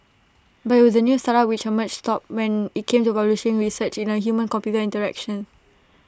but IT was the new startup which emerged top when IT came to publishing research in A humancomputer interactions